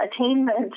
attainment